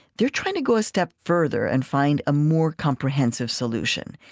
they're trying to go a step further and find a more comprehensive solution.